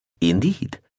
Indeed